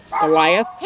Goliath